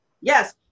yes